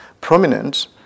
prominent